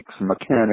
mechanics